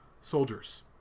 soldiers